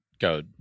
go